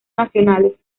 nacionales